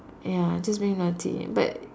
ya just being naughty but